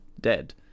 dead